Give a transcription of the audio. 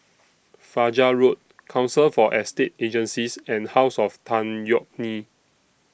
Fajar Road Council For Estate Agencies and House of Tan Yeok Nee